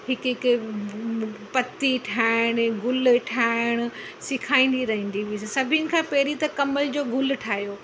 हिकु हिकु पती ठाहिणु गुल ठाहिणु सेखारींदी रहंदी हुअसि सभिनि खां पहिरीं त कमल जो गुल ठाहियो